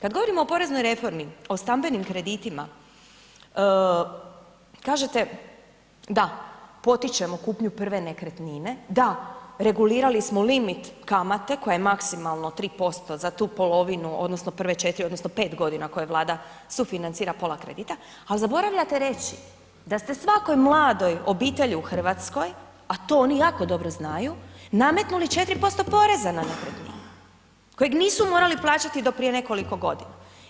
Kad govorimo o poreznoj reformi o stambenim kreditima kažete da potičemo kupnju prve nekretnine, da regulirali smo limit kamate koja je maksimalno 3% za tu polovinu odnosno prve 4 odnosno 5 godina koje Vlada sufinancira pola kredita, ali zaboravljate reći da ste svakoj mladoj obitelji u Hrvatskoj, a to oni jako dobro znaju nametnuli 4% porezna na nekretninu, kojeg nisu morali plaćati do prije nekoliko godina.